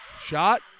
Shot